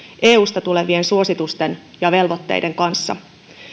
eusta tulevien suositusten ja velvoitteiden kanssa